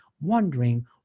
wondering